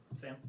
Sam